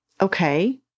Okay